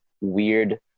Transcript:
weird